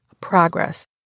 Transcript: progress